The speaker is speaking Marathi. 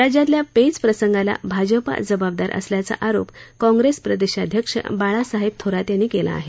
राज्यातल्या पेच प्रसंगाला भाजप जबाबदार असल्याचा आरोप काँप्रेस प्रदेशाध्यक्ष बाळासाहेब थोरात यांनी केला आहे